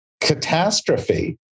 catastrophe